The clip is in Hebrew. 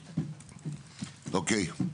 אוקיי.